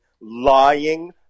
lying